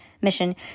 mission